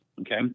Okay